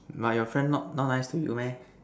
but your friend not not nice to you meh